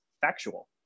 factual